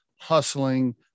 hustling